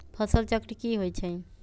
फसल चक्र की होइ छई?